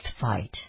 fight